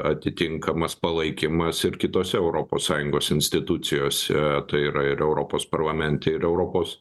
atitinkamas palaikymas ir kitose europos sąjungos institucijose tai yra ir europos parlamente ir europos